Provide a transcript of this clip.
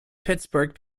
pittsburgh